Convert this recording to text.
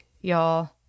y'all